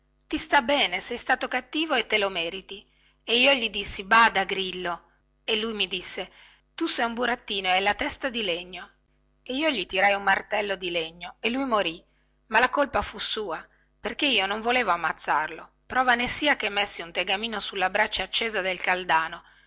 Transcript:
ti sta bene sei stato cattivo e te lo meriti e io gli dissi bada grillo e lui mi disse tu sei un burattino e hai la testa di legno e io gli tirai un martello di legno e lui morì ma la colpa fu sua perché io non volevo ammazzarlo prova ne sia che messi un